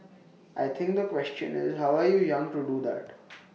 I think the question is how are you young to do that